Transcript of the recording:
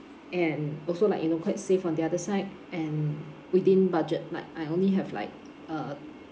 and also like you know quite safe on the other side and within budget like I only have like uh